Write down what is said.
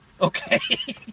okay